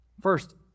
First